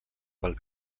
pel